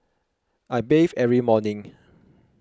I bathe every morning